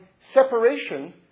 separation